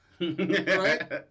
Right